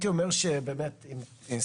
להכניס הכול תחת מעטה של חוק שנותן בסיס